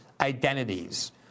identities